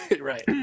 Right